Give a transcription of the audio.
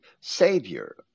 savior